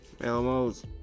Elmo's